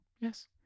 Yes